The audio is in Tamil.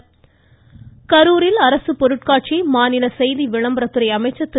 கடம்பூர் ராஜு கரூரில் அரசு பொருட்காட்சியை மாநில செய்தி விளம்பரத்துறை அமைச்சர் திரு